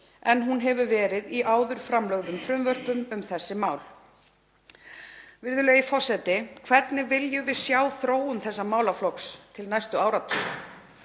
en hún hefur verið í áður framlögðum frumvörpum um þessi mál. Virðulegi forseti. Hvernig viljum við sjá þróun þessa málaflokks til næstu áratuga?